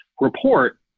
report